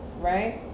right